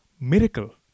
Miracle